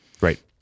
right